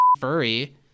furry